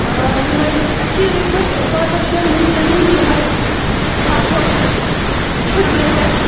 آ یِمَے اَسہِ چھِ یہِ رٔٹۍمٕتۍ پانٛژَن شٮ۪ن مٔہِنوٮ۪ن ہٕنٛدۍ یِمَے ہَتھ ڈۄڈ ہَتھ چھِ چھِرٕ وِرٕ ہٮ۪تھ